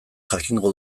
jakingo